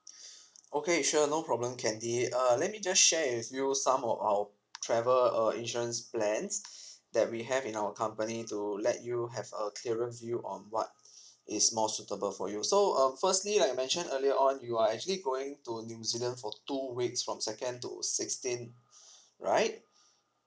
okay sure no problem candy uh let me just share with you some of our travel uh insurance plans that we have in our company to let you have a clearer view on what is more suitable for you so uh firstly I mentioned earlier on you are actually going to new zealand for two weeks from second to sixteen right